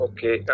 Okay